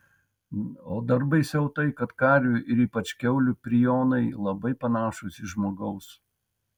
o dar baisiau tai kad karvių ir ypač kiaulių prionai labai panašūs į žmogaus